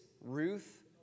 Ruth